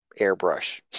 airbrush